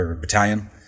battalion